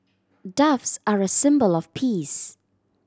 doves are a symbol of peace